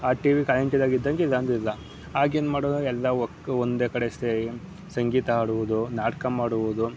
ಆ TV current ಇದಾಗಿ ಇದ್ದಂತೆ ಇಲ್ಲಂದ್ರೆ ಇಲ್ಲ ಆಗೇನು ಮಾಡೋದು ಎಲ್ಲ ಒಕ್ ಒಂದೇ ಕಡೆ ಸೇರಿ ಸಂಗೀತ ಹಾಡುವುದು ನಾಟಕ ಮಾಡುವುದು